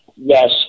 Yes